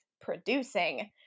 producing